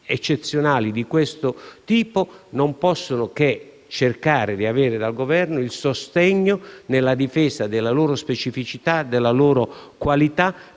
produttori, dunque, non possono che cercare di avere dal Governo un sostegno nella difesa della loro specificità e della loro qualità,